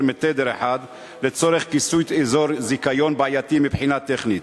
מתדר אחד לצורך כיסוי אזור זיכיון בעייתי מבחינה טכנית.